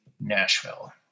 Nashville